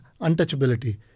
untouchability